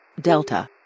Delta